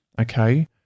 Okay